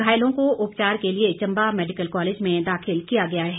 घायलों को उपचार के लिए चंबा मैडिकल कॉलेज में दाखिल किया गया है